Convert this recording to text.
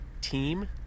team